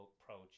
approach